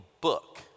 book